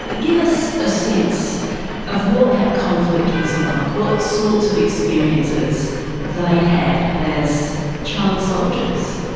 give us a sense of what that conflict was like, what sorts of experiences they'd had as child soldiers.